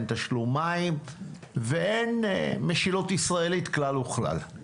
אין תשלום מים ואין משילות ישראלית כלל וכלל.